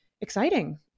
exciting